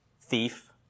thief